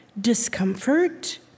discomfort